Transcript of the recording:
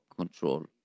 control